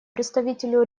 представителю